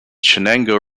chenango